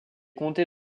compté